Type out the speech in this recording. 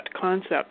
concept